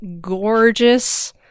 gorgeous